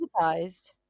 advertised